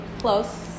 close